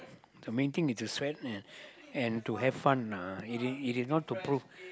the main thing is to sweat and and to have fun ah it it is not to prove